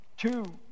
Two